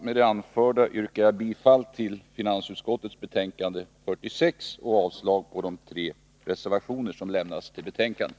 Med det anförda yrkar jag bifall till finansutskottets hemställan i betänkande 46 och avslag på de tre reservationer som lämnats till betänkandet.